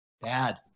Bad